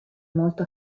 molto